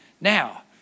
Now